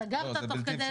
סגרת תוך כדי,